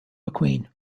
mcqueen